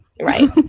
right